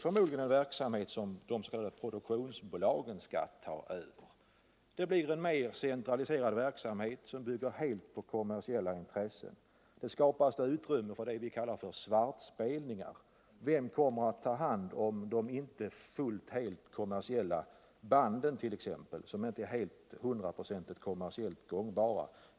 Förmodligen blir det då de s.k. produktionsbolagen som skall ta över. Det betyder en mer centraliserad verksamhet som bygger helt på kommersiella intressen. Det kommer att skapas utrymme för det vi kallar svartspelningar. Vem kommer t.ex. att ta hand om de band som inte är hundraprocentigt kommersiellt gångbara?